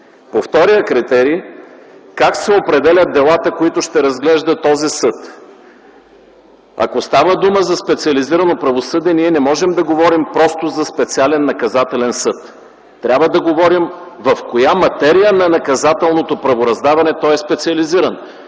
По втория критерий – как се определят делата, които ще разглежда този съд? Ако става дума за специализирано правосъдие, ние не можем да говорим просто за специален наказателен съд. Трябва да говорим в коя материя на наказателното правораздаване той е специализиран